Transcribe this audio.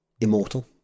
immortal